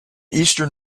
eastern